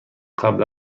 قبل